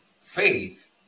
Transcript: Faith